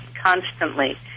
Constantly